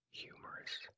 Humorous